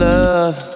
love